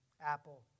Apple